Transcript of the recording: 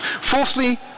Fourthly